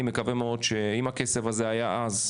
אני מקווה מאוד שאם הכסף הזה היה אז,